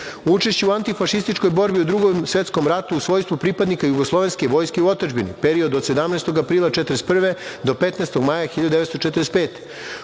Učešće u antifašističkoj borbi u Drugom svetskom ratu u svojstvu pripadnika Jugoslovenske vojske u otadžbini, period od 17. aprila 1941. godine do 15. maja 1945.